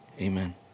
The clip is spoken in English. amen